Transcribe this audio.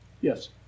Yes